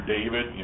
David